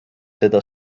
seda